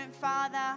Father